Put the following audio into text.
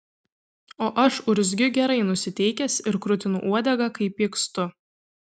o aš urzgiu gerai nusiteikęs ir krutinu uodegą kai pykstu